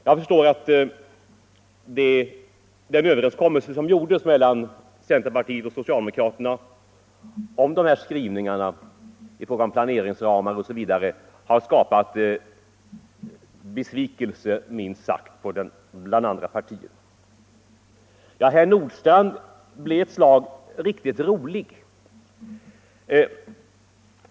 Jag förstår att den överenskommelse som träffats mellan centerpartiet och socialdemokraterna om skrivningarna rörande planeringsramar osv. har skapat minst sagt besvikelse i andra partier. Ja, herr Nordstrandh blev ett slag riktigt rolig.